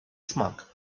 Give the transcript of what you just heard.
смак